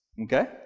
Okay